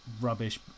rubbish